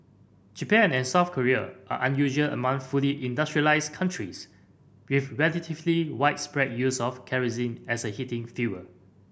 Japan and South Korea are unusual among fully industrialised countries with relatively widespread use of kerosene as a heating fuel